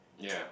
ya